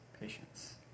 patience